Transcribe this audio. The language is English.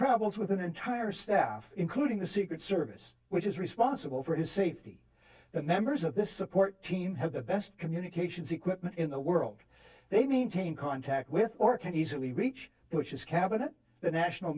travels with an entire staff including the secret service which is responsible for his safety the members of this support team have the best communications equipment in the world they maintain contact with or can easily reach which is cabinet the national